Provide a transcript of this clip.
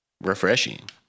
Refreshing